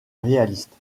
réaliste